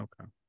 okay